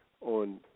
On